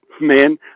man